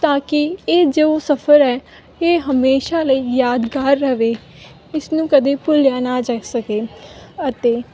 ਤਾਂ ਕਿ ਇਹ ਜੋ ਸਫਰ ਹੈ ਇਹ ਹਮੇਸ਼ਾ ਲਈ ਯਾਦਗਾਰ ਰਵੇ ਇਸ ਨੂੰ ਕਦੇ ਭੁੱਲਿਆ ਨਾ ਜਾ ਸਕੇ ਅਤੇ